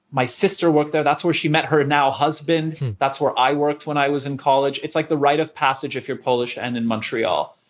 my sister worked there. that's where she met her now husband. that's where i worked when i was in college. it's like the rite of passage, if you're polish and in montreal.